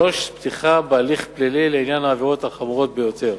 3. פתיחה בהליך פלילי לעניין העבירות החמורות ביותר.